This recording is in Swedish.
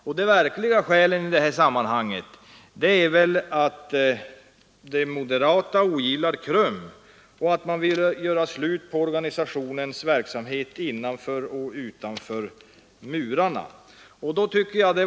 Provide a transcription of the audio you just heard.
Och de verkliga skälen i det här sammanhanget är att de moderata ogillar KRUM och vill göra slut på organisationens verksamhet innanför och utanför murarna.